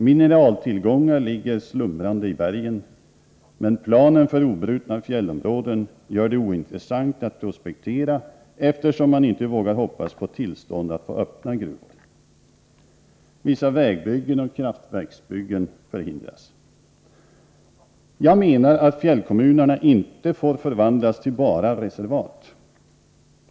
Mineraltillgångar ligger slumrande i bergen, men planen för obrutna fjällområden gör det ointressant att prospektera, eftersom man inte vågar hoppas på tillstånd att öppna gruvorna. Vissa vägbyggen och kraftverksbyggen förhindras också. Jag menar att fjällkommunerna inte får förvandlas till bara reservat.